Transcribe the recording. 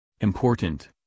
Important